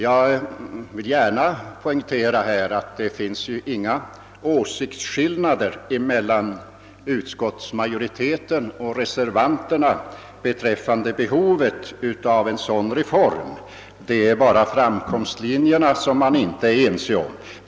Jag vill gärna poängtera att det inte föreligger några åsiktsskillnader mellan utskottsmajoriteten och reservanterna beträffande behovet av en sådan reform; det är bara framkomstmöjligheterna man inte är ense om.